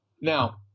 Now